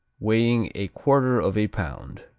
weighing a quarter of a pound.